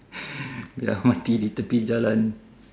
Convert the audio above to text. ya mati a little bit jalan